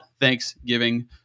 Thanksgiving